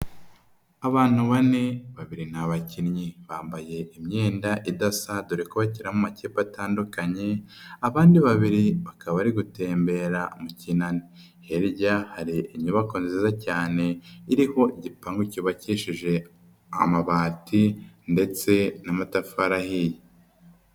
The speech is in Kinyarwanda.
Abantu bane, babiri ni abakinnyi. Bambaye imyenda idasa dore ko bakina mu makipe atandukanye, abandi babiri bakaba bari gutembera mu kinani. Hirya hari inyubako nziza cyane iriho igipangu cyubakishijeje amabati ndetse n'amatafari ahiye.